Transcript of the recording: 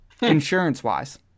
Insurance-wise